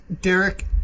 Derek